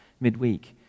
midweek